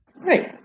Right